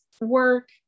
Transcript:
work